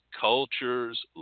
cultures